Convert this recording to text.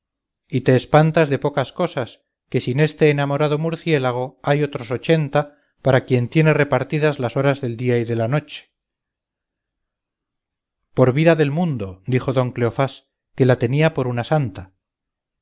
y te espantas de pocas cosas que sin este enamorado murciégalo hay otros ochenta para quien tiene repartidas las horas del día y de la noche por vida del mundo dijo don cleofás que la tenía por una santa